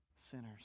Sinners